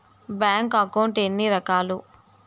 bank account ఎన్ని రకాలు